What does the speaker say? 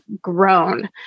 grown